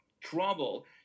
trouble